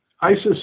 ISIS